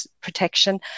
protection